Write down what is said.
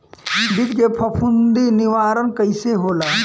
बीज के फफूंदी निवारण कईसे होला?